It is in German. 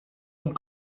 und